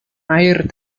air